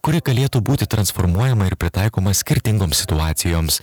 kuri galėtų būti transformuojama ir pritaikoma skirtingoms situacijoms